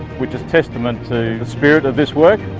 which is testament to the spirit of this work.